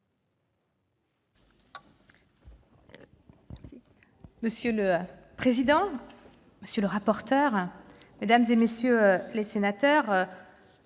Monsieur le président, monsieur le rapporteur, mesdames, messieurs les sénateurs,